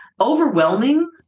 Overwhelming